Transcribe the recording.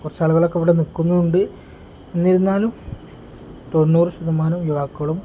കുറച്ചാളുകളൊക്കെ ഇവിടെ നിൽക്കുന്നുണ്ട് എന്നിരുന്നാലും തൊണ്ണൂറ് ശതമാനം യുവാക്കളും